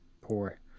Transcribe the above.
poor